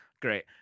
great